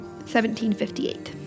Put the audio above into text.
1758